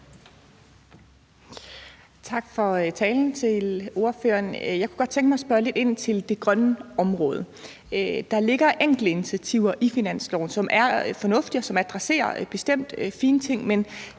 Tak for talen til ordføreren. Jeg kunne godt tænke mig at spørge lidt ind til det grønne område. Der ligger enkelte initiativer i finansloven, som er fornuftige, og som bestemt adresserer nogle fine ting. Men